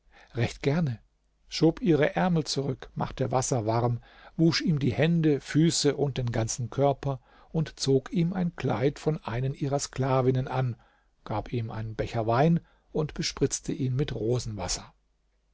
recht gerne schob ihre ärmel zurück machte wasser warm wusch ihm die hände füße und den ganzen körper und zog ihm ein kleid von einer ihrer sklavinnen an gab ihm einen becher wein und bespritzte ihn mit rosenwasser